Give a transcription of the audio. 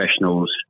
professionals